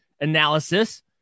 analysis